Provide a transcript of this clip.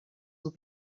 will